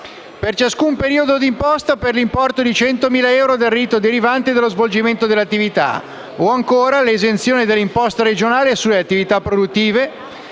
per ciascun periodo di imposta, dell'importo di 100.000 euro del reddito derivante dallo svolgimento dell'attività; l'esenzione dall'imposta regionale sulle attività produttive